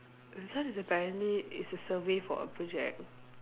this one is apparently it's a survey for a project